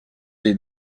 dei